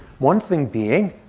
one thing being,